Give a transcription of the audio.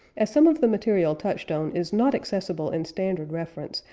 as some of the material touched on is not accessible in standard reference,